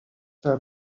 der